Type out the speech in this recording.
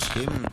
מושכים?